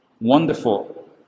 wonderful